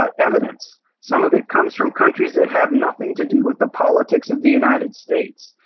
ah evidence. some of it comes from countries that have nothing to do with the politics of the united states.